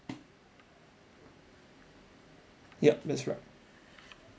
yup that's right